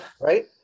Right